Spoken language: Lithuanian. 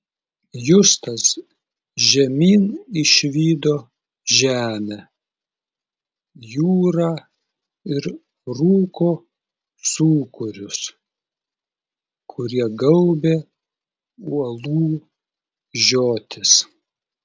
justas žemyn išvydo žemę jūrą ir rūko sūkurius kurie gaubė uolų žiotis